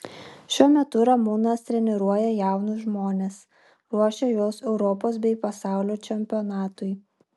šiuo metu ramūnas treniruoja jaunus žmones ruošia juos europos bei pasaulio čempionatui